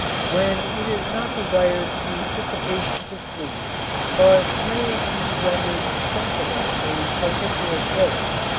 when it is not desired to put the patient to sleep but merely to render insensible a particular place,